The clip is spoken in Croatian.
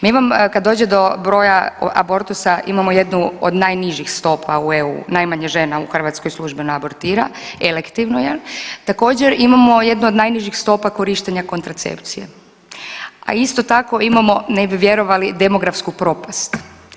Mi vam kad dođe do broja abortusa imamo jednu od najnižih stopa u EU, najmanje žena u Hrvatskoj službeno abortira, … [[Govornica se ne razumije.]] Također imamo jednu od najnižih stopa korištenja kontracepcije, a isto tako imamo ne bi vjerovali demografsku propast.